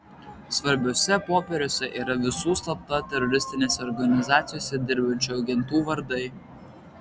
svarbiuose popieriuose yra visų slapta teroristinėse organizacijose dirbančių agentų vardai